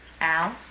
Al